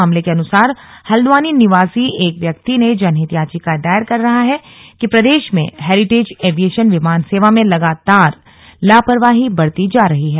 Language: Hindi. मामले के अनुसार हल्द्वानी निवासी एक व्यक्ति ने जनहित याचिका दायर कर कहा है कि प्रदेश में हैरिटेज ऐविऐशन विमान सेवा में लगातार लापरवाही बरती जा रही है